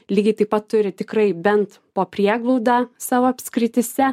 lygiai taip pat turi tikrai bent po prieglaudą savo apskrityse